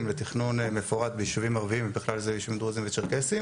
לתכנון מפורט ביישובים ערביים ובכלל זה ביישובים דרוזים וצ'רקסים